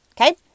okay